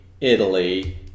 Italy